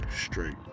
straight